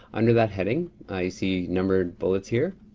under that heading i see numbered bullets here.